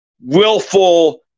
willful